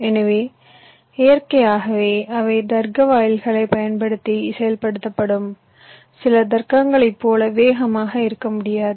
எனவே இயற்கையாகவே அவை தர்க்க வாயில்களைப் பயன்படுத்தி செயல்படுத்தப்படும் சில தர்க்கங்களைப் போல வேகமாக இருக்க முடியாது